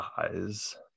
eyes